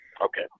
Okay